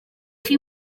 chi